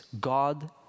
God